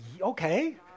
Okay